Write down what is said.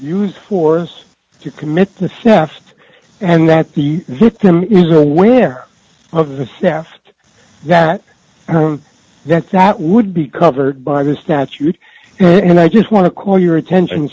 use force to commit the saft and that the victim is aware of the staffed that then that would be covered by the statute and i just want to call your attention